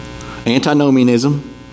Antinomianism